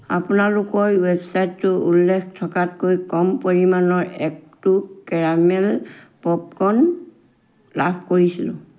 আপোনালোকৰ ৱেবচাইটোত উল্লেখ থকাতকৈ কম পৰিমানৰ একটু কেৰামেল পপকৰ্ন লাভ কৰিছিলোঁ